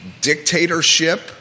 dictatorship